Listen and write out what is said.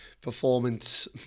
performance